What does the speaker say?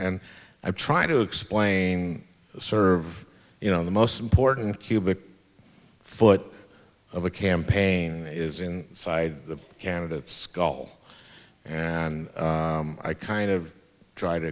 and i try to explain serve you know the most important cubic foot of the campaign is in side the candidate skull and i kind of try to